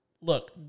look